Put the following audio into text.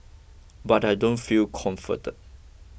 but I don't feel comforted